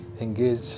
engage